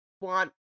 want